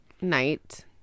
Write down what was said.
night